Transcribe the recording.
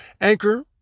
Anchor